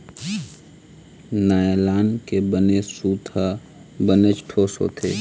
nylon के बने सूत ह बनेच ठोस होथे